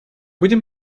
будем